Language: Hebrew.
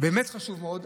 באמת חשוב מאוד.